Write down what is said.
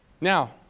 Now